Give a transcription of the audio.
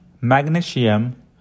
magnesium